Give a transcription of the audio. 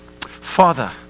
Father